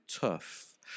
tough